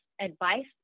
advice